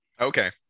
Okay